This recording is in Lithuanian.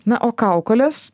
na o kaukolės